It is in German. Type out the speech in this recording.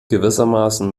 gewissermaßen